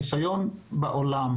הניסיון בעולם